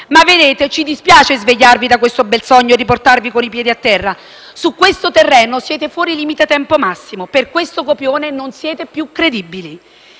Ci dispiace svegliarvi da questo bel sogno e riportarvi con i piedi a terra: su questo terreno siete fuori tempo massimo; per questo copione non siete più credibili.